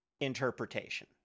...interpretation